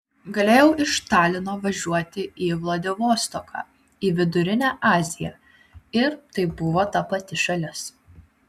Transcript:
galėjau iš talino važiuoti į vladivostoką į vidurinę aziją ir tai buvo ta pati šalis